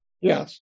Yes